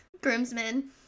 groomsmen